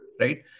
right